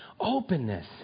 openness